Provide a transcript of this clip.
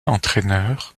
entraîneur